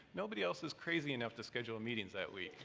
nobody else is crazy enough to schedule meetings that week.